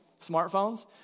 Smartphones